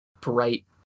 bright